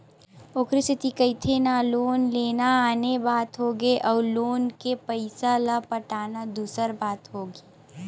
ओखरे सेती कहिथे ना लोन लेना आने बात होगे अउ लोन के पइसा ल पटाना दूसर बात होगे